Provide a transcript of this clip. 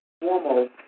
formal